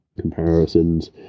comparisons